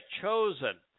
chosen